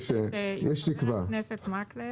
חבר הכנסת מקלב,